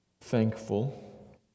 Thankful